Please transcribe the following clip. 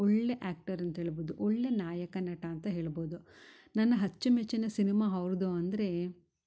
ಒಳ್ಳೆಯ ಆ್ಯಕ್ಟರ್ ಅಂತೇಳ್ಬೋದು ಒಳ್ಳೆಯ ನಾಯಕ ನಟ ಅಂತ ಹೇಳ್ಬೋದು ನನ್ನ ಅಚ್ಚುಮೆಚ್ಚಿನ ಸಿನೆಮಾ ಅವ್ರ್ದು ಅಂದರೆ